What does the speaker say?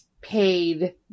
paid